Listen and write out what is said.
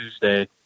Tuesday